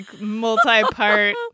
multi-part